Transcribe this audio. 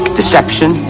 deception